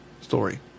story